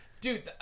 Dude